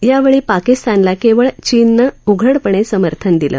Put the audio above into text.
यावळी ाकिस्तानला कप्रळ चीननं उघड ण समर्थन दिलं